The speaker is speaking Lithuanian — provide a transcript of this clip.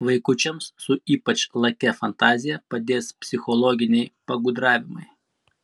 vaikučiams su ypač lakia fantazija padės psichologiniai pagudravimai